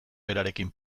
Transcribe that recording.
berarekin